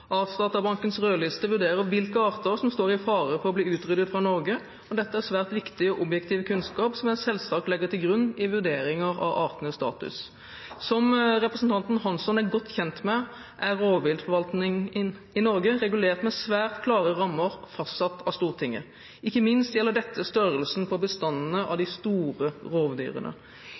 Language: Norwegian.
Artsdatabankens rødliste vurderer hvilke arter som står i fare for å bli utryddet i Norge, og dette er svært viktig og objektiv kunnskap, som jeg selvsagt legger til grunn i vurderinger av artenes status. Som representanten Hansson er godt kjent med, er rovviltforvaltningen i Norge regulert med svært klare rammer fastsatt av Stortinget – ikke minst gjelder dette størrelsen på bestandene av